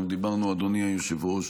אנחנו דיברנו, אדוני היושב-ראש,